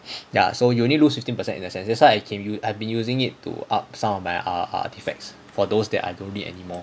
ya so you'll need lose fifteen percent in the sense that's why I came you I've been using it to up some of my ah artefacts for those that I don't need anymore